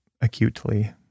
acutely